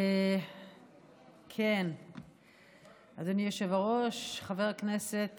אדוני היושב-ראש, חבר הכנסת